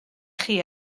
chi